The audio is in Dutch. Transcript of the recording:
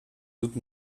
doet